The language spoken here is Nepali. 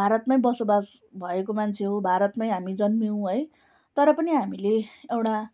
भारतमै बसोबास भएको मान्छे हो भारतमै हामी जन्मियौँ है तर पनि हामीले एउटा